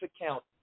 account